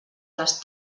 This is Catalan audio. les